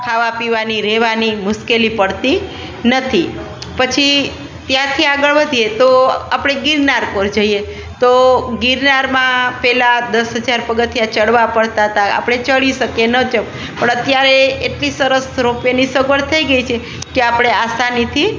ખાવા પીવાની રહેવાની મુશ્કેલી પડતી નથી પછી ત્યાંથી આગળ વધીએ તો આપણે ગિરનાર કોર જઈએ તો ગિરનારમાં પહેલાં દસ હજાર પગથિયાં ચઢવાં પડતાં તાં આપણે ચઢી શકીએ ન પણ અત્યારે એટલી સરસ રોપવેની સગવડ થઈ ગઈ છે કે આપણે આસાનીથી